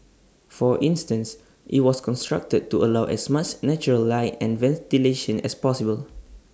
for instance IT was constructed to allow as much natural light and ventilation as possible